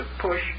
push